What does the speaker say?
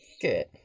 Good